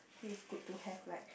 feels good to have like